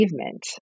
achievement